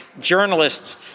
journalists